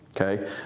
Okay